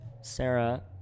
Sarah